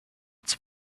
its